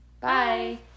Bye